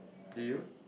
do you